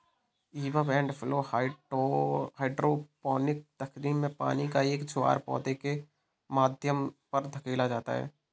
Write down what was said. ebb and flow hydroponic तकनीक में पानी का एक ज्वार पौधे के माध्यम पर धकेला जाता है